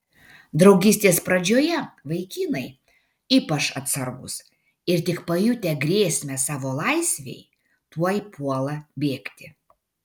draugystės pradžioje vaikinai ypač atsargūs ir tik pajutę grėsmę savo laisvei tuoj puola bėgti